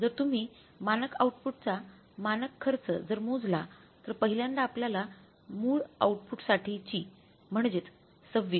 जर तुम्ही मानक आउटपुटचा मानक खर्च जर मोजला तर पहिल्यांदा आपल्याला मूळ आउटपुटसाठीची म्हणजेच २६